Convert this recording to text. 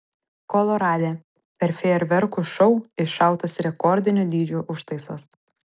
kolorade per fejerverkų šou iššautas rekordinio dydžio užtaisas